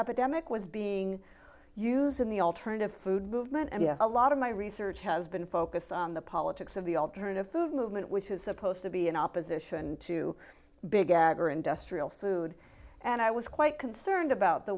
epidemic was being used in the alternative food movement and a lot of my research has been focused on the politics of the alternative food movement which is supposed to be in opposition to big ag or industrial food and i was quite concerned about the